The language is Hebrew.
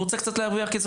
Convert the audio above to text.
רוצה קצת להרוויח כסף.